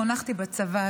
חונכתי בצבא,